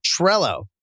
Trello